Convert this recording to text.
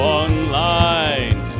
online